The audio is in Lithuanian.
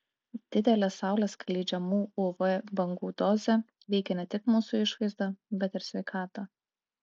didelė saulės skleidžiamų uv bangų dozė veikia ne tik mūsų išvaizdą bet ir sveikatą